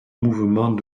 mouvements